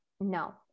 no